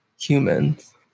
humans